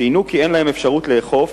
ציינו כי אין להם אפשרות לאכוף,